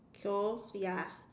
so ya